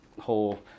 whole